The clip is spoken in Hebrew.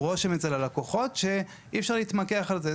רושם אצל הלקוחות שאי אפשר להתמקח על זה.